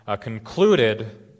concluded